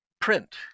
print